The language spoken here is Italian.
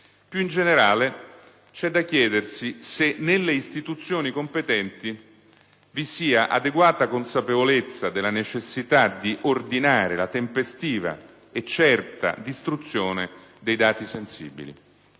Più in generale, c'è da chiedersi se nelle istituzioni competenti vi sia adeguata consapevolezza della necessità di ordinare la tempestiva e certa distruzione dei dati sensibili